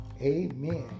Amen